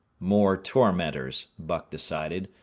more tormentors, buck decided,